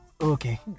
okay